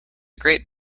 great